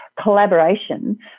collaboration